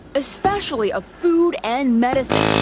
especially of food and medicine,